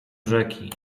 rzeki